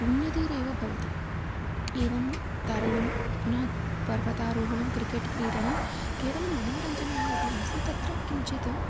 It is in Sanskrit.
उन्नतिरेव भवति एवं तरणं पुनः पर्वतारोहणं क्रिकेट् क्रीडनं केवलं मनोरञ्जनाय इति नास्ति तत्र किञ्चित्